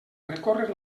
recórrer